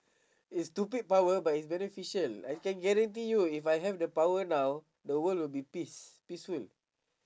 it's stupid power but it's beneficial I can guarantee you if I have the power now the world will be peace peaceful